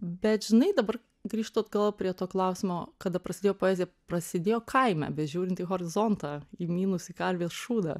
bet žinai dabar grįžtu atgal prie to klausimo kada prasidėjo poezija prasidėjo kaime bežiūrint į horizontą įmynus į karvės šūdą